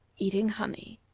eating honey.